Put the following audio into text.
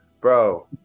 Bro